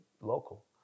local